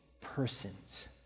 persons